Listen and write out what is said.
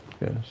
Yes